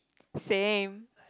same